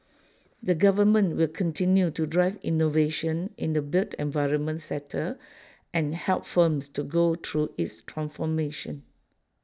the government will continue to drive innovation in the built environment sector and help firms to go through its transformation